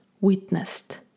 witnessed